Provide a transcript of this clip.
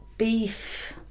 beef